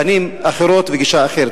פנים אחרות וגישה אחרת.